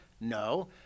No